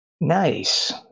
Nice